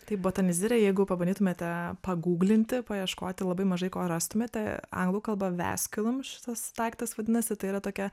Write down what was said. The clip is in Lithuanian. tai botanizirė jeigu pabandytumėte pagūglinti paieškoti labai mažai ko rastumėte anglų kalba vasculum šitas daiktas vadinasi tai yra tokia